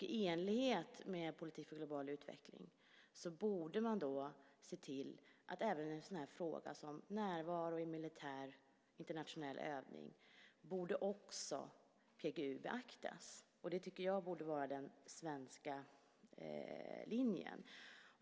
I enlighet med en politik för global utveckling borde man se till att även en sådan fråga som närvaro i militär internationell övning borde beaktas av PGU. Det tycker jag borde vara den svenska linjen.